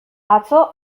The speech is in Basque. atzo